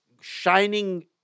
shining